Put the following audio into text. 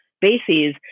bases